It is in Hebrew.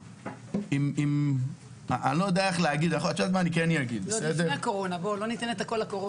זה עוד לפני הקורונה, בואו לא ניתן הכול לקורונה.